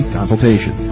consultation